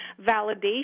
validation